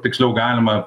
tiksliau galima